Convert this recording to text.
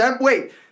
Wait